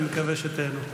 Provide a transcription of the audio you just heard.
אני מקווה שתיהנו.